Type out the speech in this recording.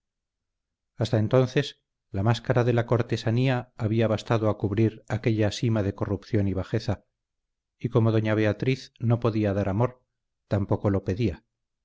hasta entonces la máscara de la cortesanía había bastado a cubrir aquella sima de corrupción y bajeza y como doña beatriz no podía dar amor tampoco lo pedía